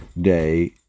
day